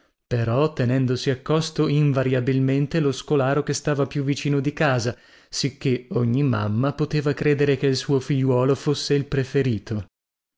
però tenendosi accosto invariabilmente lo scolare che stava più vicino di casa sicchè ogni mamma poteva credere che il suo figliuolo fosse il preferito